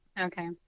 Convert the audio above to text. okay